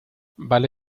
vale